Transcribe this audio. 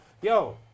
Yo